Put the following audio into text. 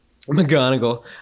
McGonagall